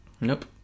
Nope